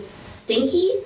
stinky